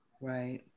right